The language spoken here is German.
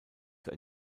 zur